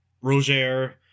Roger